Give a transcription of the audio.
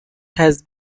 has